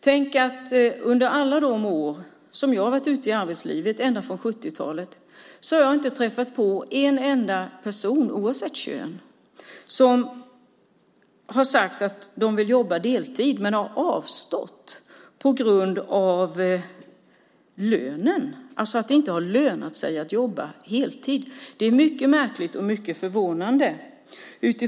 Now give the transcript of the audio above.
Tänk att jag under alla de år som jag har varit ute i arbetslivet, ända sedan 70-talet, inte har träffat på en enda person, oavsett kön, som har sagt att de vill jobba heltid men har avstått på grund av lönen, alltså att det inte har lönat sig att jobba heltid. Det är mycket märkligt och förvånande.